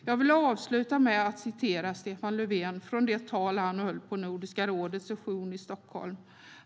Jag vill avsluta med att citera Stefan Löfvens tal från Nordiska rådets session i Stockholm.